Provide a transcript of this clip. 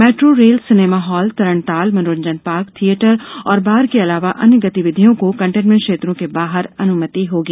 metro rail cinema hall तरणताल मनोरंजन park theatre और बार के अलावा अन्य गतिविधियों को कंटेनमेंट क्षेत्रों के बाहर अनुमति होगी